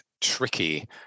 tricky